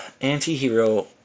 anti-hero